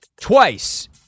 Twice